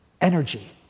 energy